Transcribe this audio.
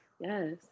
Yes